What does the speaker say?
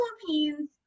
Philippines